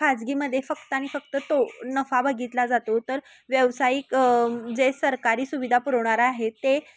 खाजगीमध्ये फक्त आणि फक्त तो नफा बघितला जातो तर व्यावसायिक जे सरकारी सुविधा पुरवणारा आहे ते